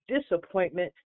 disappointment